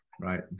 right